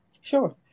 Sure